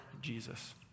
Jesus